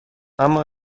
اما